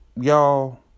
y'all